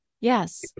Yes